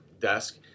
desk